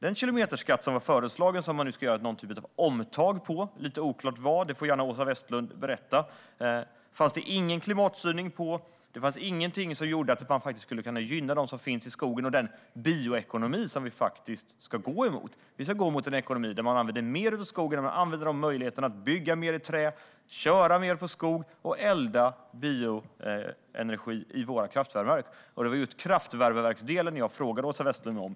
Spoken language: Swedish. Den kilometerskatt som man har föreslagit ska man nu göra någon typ av omtag på - det är lite oklart vad det handlar om, och Åsa Westlund får gärna berätta mer om det. Det fanns ingen klimatsyning på den. Det fanns inget som skulle gynna dem som finns i skogen och den bioekonomi som vi faktiskt ska sträva efter. Vi ska gå i riktning mot en ekonomi där man använder mer av skogen och utnyttjar möjligheterna att bygga mer i trä, köra mer på skog och elda med bioenergi i våra kraftvärmeverk. Och det var just kraftvärmeverksdelen jag frågade Åsa Westlund om.